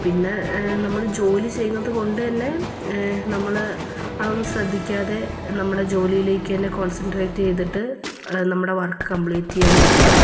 പിന്നെ നമ്മൾ ജോലി ചെയ്യുന്നത് കൊണ്ടുതന്നെ നമ്മൾ അതൊന്നും ശ്രദ്ധിക്കാതെ നമ്മുടെ ജോലിയിലേക്ക് തന്നെ കോൺസെൻട്രേറ്റ് ചെയ്തിട്ട് നമ്മുടെ വർക്ക് കംപ്ലീറ്റ് ചെയ്യാൻ നോക്കുക